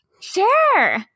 Sure